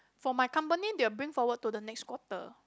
for my company they will bring forward to the next quarter